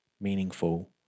meaningful